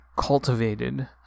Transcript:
cultivated